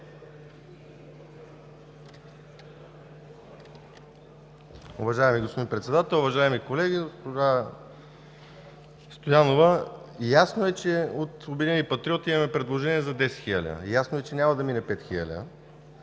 Уважаеми господин Председател, уважаеми колеги! Госпожо Стоянова, ясно е, че от „Обединени патриоти“ имаме предложение за 10 хил. лв. Ясно е, че няма да мине 5 хил.